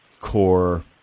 core